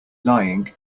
lying